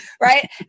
Right